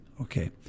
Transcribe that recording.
Okay